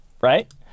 right